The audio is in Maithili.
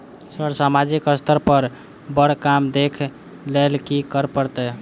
सर सामाजिक स्तर पर बर काम देख लैलकी करऽ परतै?